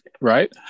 Right